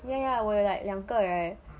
ya ya 我 you like 两个 eh